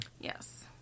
Yes